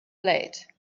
late